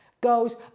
goes